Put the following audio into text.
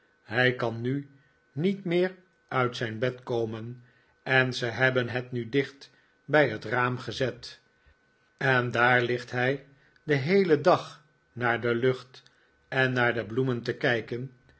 hij kan nu niet meer uit zijn bed komen en ze hebben het nu dicht bij het raam gezet en daar ligt hij den heelen dag naar de lucht en naar de bloemen te kijken